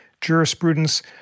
jurisprudence